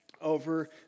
over